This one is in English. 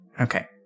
Okay